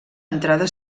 entrada